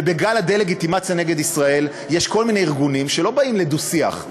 ובגל הדה-לגיטימציה נגד ישראל יש כל מיני ארגונים שלא באים לדו-שיח.